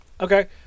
okay